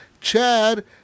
chad